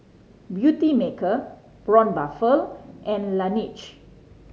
Beautymaker Braun Buffel and Laneige